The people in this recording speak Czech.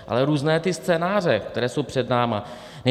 Ale různé scénáře, které jsou před námi.